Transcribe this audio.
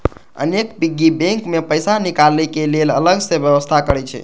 अनेक piggy bank मे पैसा निकालै के लेल अलग सं व्यवस्था रहै छै